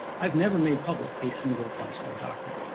i've never made public a single classified document.